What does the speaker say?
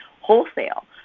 wholesale